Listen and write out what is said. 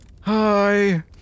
Hi